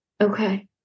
okay